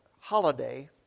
holiday